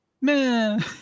man